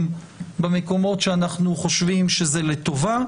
במקומות שאנחנו חושבים שזה לטובה,